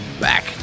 back